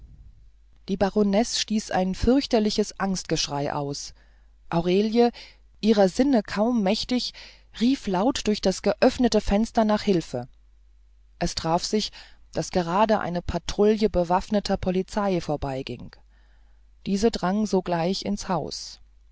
die baronesse stieß ein fürchterliches angstgeschrei aus aurelie ihrer sinne kaum mächtig rief laut durch das geöffnete fenster nach hilfe es traf sich daß gerade eine patrouille bewaffneter polizei vorüberging diese drang sogleich ins haus